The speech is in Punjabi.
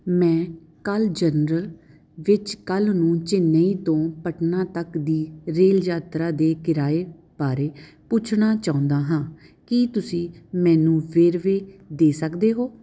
ਮੈਂ ਕੱਲ੍ਹ ਜਨਰਲ ਵਿੱਚ ਕੱਲ੍ਹ ਨੂੰ ਚੇਨਈ ਤੋਂ ਪਟਨਾ ਤੱਕ ਦੀ ਰੇਲ ਯਾਤਰਾ ਦੇ ਕਿਰਾਏ ਬਾਰੇ ਪੁੱਛਣਾ ਚਾਹੁੰਦਾ ਹਾਂ ਕੀ ਤੁਸੀਂ ਮੈਨੂੰ ਵੇਰਵੇ ਦੇ ਸਕਦੇ ਹੋ